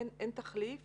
אין תחליף